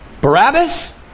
Barabbas